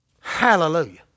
Hallelujah